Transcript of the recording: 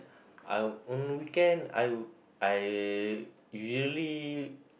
I'll~ on the weekend I would I usually